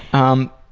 um,